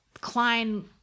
Klein